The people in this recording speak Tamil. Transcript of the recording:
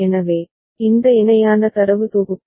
எனவே இந்த இணையான தரவு தொகுப்பு